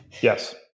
Yes